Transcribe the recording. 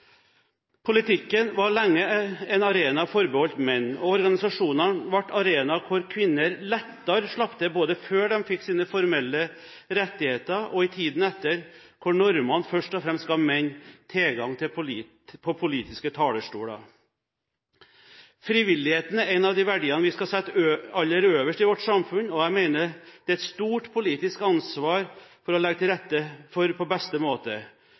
Politikken var lenge en arena forbeholdt menn, og organisasjonene ble arenaer hvor kvinner lettere slapp til både før de fikk sine formelle rettigheter og i tiden etter, hvor normene først og fremst ga menn tilgang til politiske talerstoler. Frivilligheten er en av de verdiene som vi skal sette aller øverst i vårt samfunn, og som jeg mener det er et stort politisk ansvar å legge til rette for på beste måte.